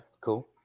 cool